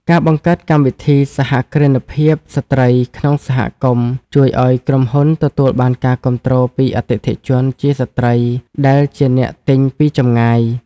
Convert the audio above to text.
ការបង្កើតកម្មវិធីសហគ្រិនភាពស្ត្រីក្នុងសហគមន៍ ជួយឱ្យក្រុមហ៊ុនទទួលបានការគាំទ្រពីអតិថិជនជាស្ត្រីដែលជាអ្នកទិញពីចម្ងាយ។